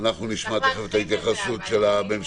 אז אנחנו נשמע את ההתייחסות של הממשלה,